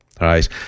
right